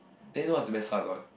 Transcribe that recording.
then you know what's the best part or not